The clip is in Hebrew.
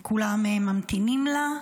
כולם ממתינים לה.